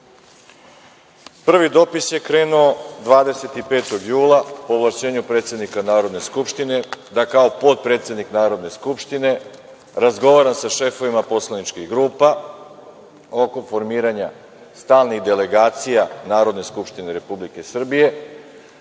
dopis je krenuo 25. jula po ovlašćenju predsednika Narodna skupština Republike Srbije da kao potpredsednik Narodne skupštine razgovaram sa šefovima poslaničkih grupa oko formiranja stalnih delegacija Narodne skupštine Republike Srbije